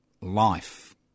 life